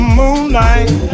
moonlight